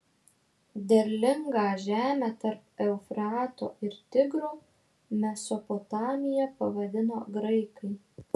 derlingą žemę tarp eufrato ir tigro mesopotamija pavadino graikai